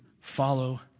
follow